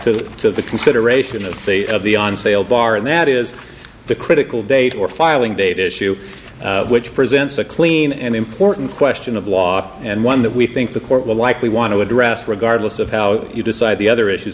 to the consideration of the on sale bar and that is the critical date or filing date issue which presents a clean and important question of law and one that we think the court will likely want to address regardless of how you decide the other issues